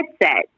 headset